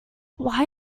why